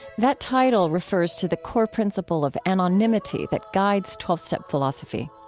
that title refers to the core principle of anonymity that guides twelve step philosophy.